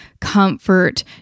comfort